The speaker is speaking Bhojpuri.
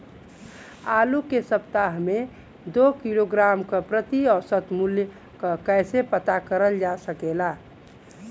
आलू के सप्ताह में दो किलोग्राम क प्रति औसत मूल्य क कैसे पता करल जा सकेला?